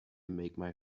make